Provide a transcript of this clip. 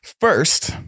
first